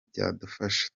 byadufasha